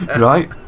Right